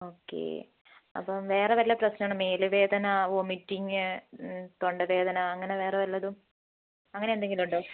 okay അപ്പം വേറെ വല്ല പ്രശ്നാണോ മേല് വേദന വോമിറ്റിംഗ് തൊണ്ടവേദന അങ്ങനെ വേറെ വല്ലതും അങ്ങനെ എന്തെങ്കിലും ഉണ്ടോ